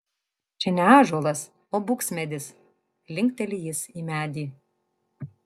čia ne ąžuolas o buksmedis linkteli jis į medį